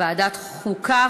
ועדת החוקה,